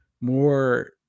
more